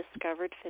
discovered